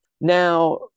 Now